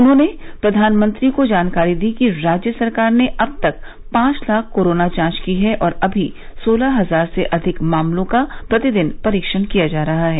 उन्होंने प्रधानमंत्री को जानकारी दी कि राज्य सरकार ने अब तक पांच लाख कोरोना जांच की हैं और अभी सोलह हजार से अधिक मामलों का प्रतिदिन परीक्षण किया जा रहा है